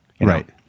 Right